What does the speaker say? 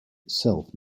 itself